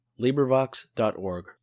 LibriVox.org